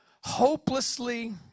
hopelessly